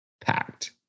packed